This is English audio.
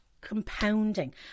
compounding